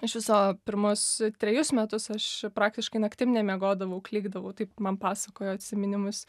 iš viso pirmus trejus metus aš praktiškai naktim nemiegodavau klykdavau taip man pasakojo atsiminimus